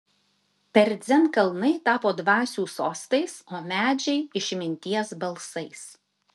per dzen kalnai tapo dvasių sostais o medžiai išminties balsais